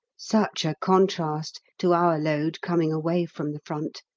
such a contrast to our load coming away from the front.